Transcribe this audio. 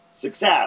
success